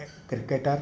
cricketer